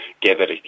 gathered